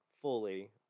fully